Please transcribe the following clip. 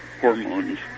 hormones